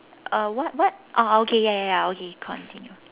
uh what what oh okay ya ya okay continue